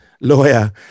lawyer